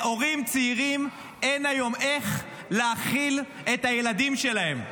להורים צעירים אין היום איך להאכיל את הילדים שלהם.